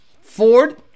Ford